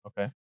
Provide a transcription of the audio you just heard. Okay